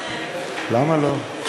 למה לא?